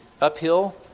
uphill